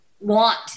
want